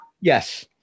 Yes